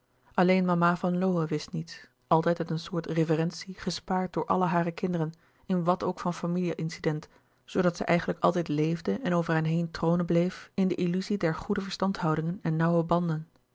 alleen mama van lowe wist niets altijd uit een soort reverentie gespaard door alle hare kinderen in wat ook van familie incident zoodat zij louis couperus de boeken der kleine zielen eigenlijk altijd leefde en over hen heen tronen bleef in de illuzie der goede verstandhoudingen en nauwe banden